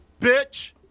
bitch